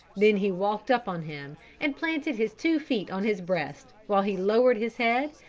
then he walked up on him and planted his two feet on his breast while he lowered his head,